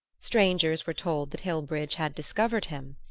strangers were told that hillbridge had discovered him.